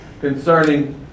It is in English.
concerning